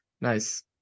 Nice